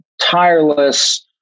tireless